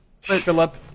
Philip